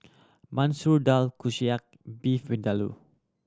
Masoor Dal Kushiyaki Beef Vindaloo